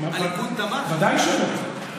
ודאי שלא.